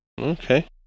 Okay